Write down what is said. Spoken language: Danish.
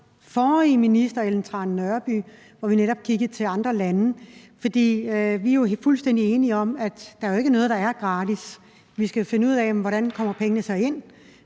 forrige minister, Ellen Trane Nørby, og hvor vi netop kiggede mod andre lande? For vi er fuldstændig enige om, at der ikke er noget, der er gratis. Vi skal jo finde ud af, hvordan pengene kommer ind,